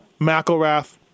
McElrath